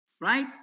Right